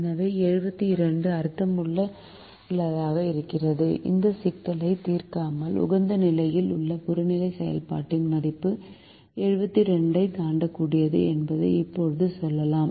எனவே 72 அர்த்தமுள்ளதாக இருக்கிறது இந்த சிக்கலை தீர்க்காமல் உகந்த நிலையில் உள்ள புறநிலை செயல்பாட்டின் மதிப்பு 72 ஐ தாண்டக்கூடாது என்று இப்போது சொல்லலாம்